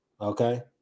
Okay